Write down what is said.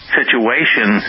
situation